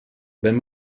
wenn